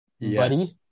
buddy